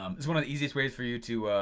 um it's one of the easiest ways for you to